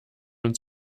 und